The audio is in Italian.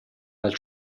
dal